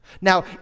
Now